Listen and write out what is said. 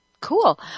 Cool